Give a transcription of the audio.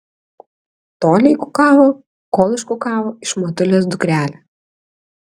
tolei kukavo kol iškukavo iš motulės dukrelę